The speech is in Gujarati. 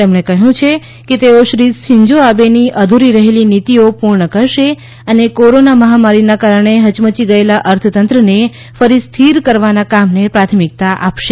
તેમણે કહ્યું છે કે તેઓ શ્રી શીન્જો આબેની અધૂરી રહેલી નીતીઓ પૂર્ણ કરશે અને કોરોના મહામારીના કારણે હયમચી ગયેલા અર્થતંત્રને ફરી સ્થિર કરવાના કામને પ્રાથમિકતા આપશે